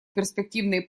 перспективной